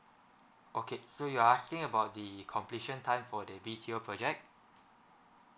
okay so you're asking about the completion time for the B_T_O project